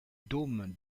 dôme